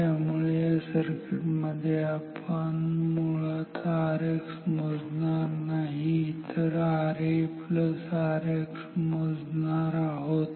त्यामुळे या सर्किट मध्ये आपण मुळात Rx मोजणार नाही तर RARX मोजणार आहोत